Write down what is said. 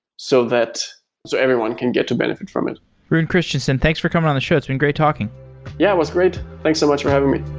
so that so everyone can get to benefit from it rune christensen, thanks for coming on the show. it's been great talking yeah, it was great. thanks so much for having me